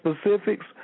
specifics